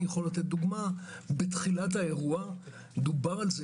אני יכול לתת דוגמה - בתחילת האירוע דובר על כך